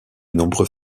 nombreux